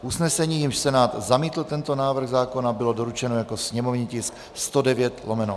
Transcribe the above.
Usnesení, jímž Senát zamítl tento návrh zákona, bylo doručeno jako sněmovní tisk 109/8.